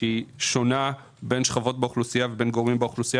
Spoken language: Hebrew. שונה בין שכבות ובין גורמים באוכלוסייה.